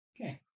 okay